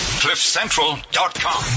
Cliffcentral.com